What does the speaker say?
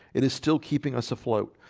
it is still keeping us afloat.